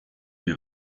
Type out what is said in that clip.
die